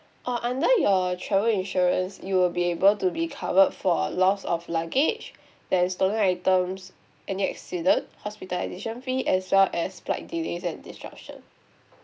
uh under your travel insurance you'll be able to be covered for lost of luggage then stolen items any accident hospitalization fee as well as flight delays and disruption